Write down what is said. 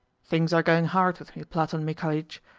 things are going hard with me, platon mikhalitch,